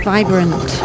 Vibrant